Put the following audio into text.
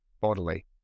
bodily